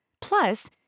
Plus